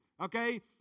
Okay